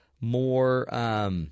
more